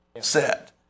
set